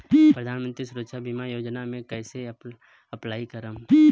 प्रधानमंत्री सुरक्षा बीमा योजना मे कैसे अप्लाई करेम?